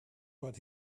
but